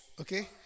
okay